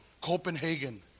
Copenhagen